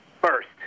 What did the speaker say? first